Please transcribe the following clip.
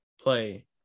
play